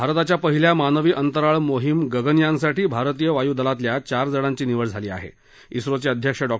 भारताच्या पहिल्या मानवी अंतराळ मोहिम गगनयानसाठी भारतीय वायुदलातल्या चार जणांची निवड करण्यात आल्याचं झोचे अध्यक्ष डॉ